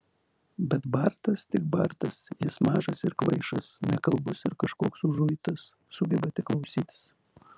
bet bartas tik bartas jis mažas ir kvaišas nekalbus ir kažkoks užuitas sugeba tik klausytis